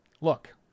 look